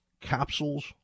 capsules